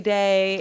day